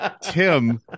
Tim